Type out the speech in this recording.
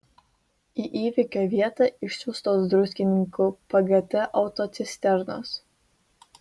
į įvykio vietą išsiųstos druskininkų pgt autocisternos